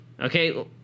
Okay